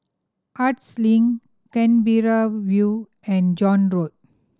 Arts Link Canberra View and John Road